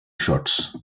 shots